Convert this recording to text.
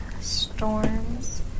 Storms